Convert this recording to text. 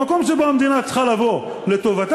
במקום שבו המדינה צריכה לבוא לטובתם,